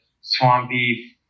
swampy